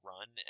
Run